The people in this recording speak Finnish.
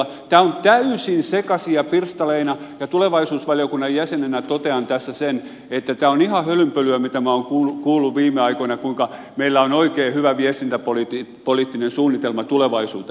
tämä on täysin sekaisin ja pirstaleina ja tulevaisuusvaliokunnan jäsenenä totean tässä sen että tämä on ihan hölynpölyä mitä minä olen kuullut viime aikoina kuinka meillä on oikein hyvä viestintäpoliittinen suunnitelma tulevaisuuteen